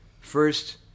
first